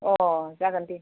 अह जागोन दे